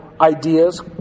ideas